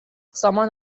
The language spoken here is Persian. سامان